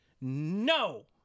no